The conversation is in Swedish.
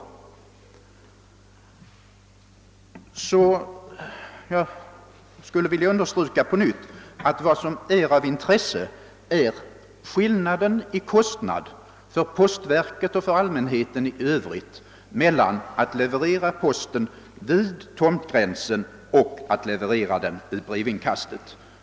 Jag vill på nytt understryka att vad som är av intresse är skillnaden i kostnad för postverket och för allmänheten mellan att leverera posten vid tomtgränsen och att leverera den i inkastet.